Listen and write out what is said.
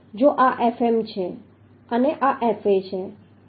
જો આ Fm છે અને જો આ Fa છે